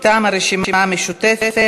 מטעם הרשימה המשותפת,